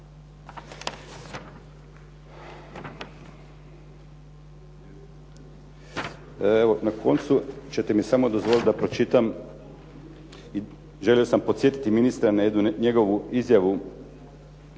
na koncu ćete mi samo dopustiti da pročitam, želio sam podsjetiti ministra na jednu njegovu izjavu